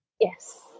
Yes